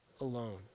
alone